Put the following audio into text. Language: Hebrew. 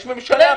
יש ממשלה.